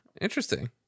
Interesting